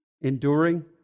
Enduring